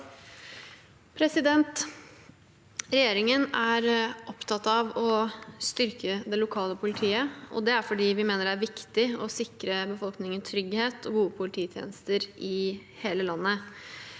Regjeringen er opptatt av å styrke det lokale politiet fordi vi mener det er viktig å sikre befolkningen trygghet og gode polititjenester i hele landet.